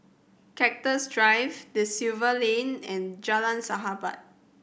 Cactus Drive Da Silva Lane and Jalan Sahabat